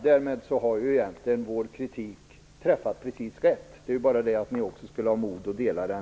Därmed har egentligen vår kritik träffat precis rätt. Det vore bra om ni också skulle ha mod att dela den.